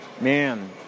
man